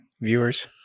viewers